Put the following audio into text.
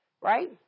Right